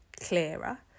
clearer